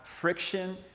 friction